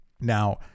Now